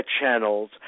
channels